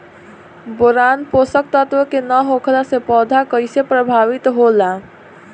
Boron पोषक तत्व के न होला से पौधा कईसे प्रभावित होला?